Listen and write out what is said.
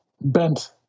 bent